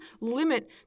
limit